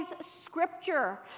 scripture